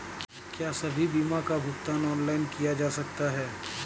क्या सभी बीमा का भुगतान ऑनलाइन किया जा सकता है?